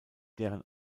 deren